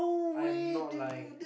I'm not lying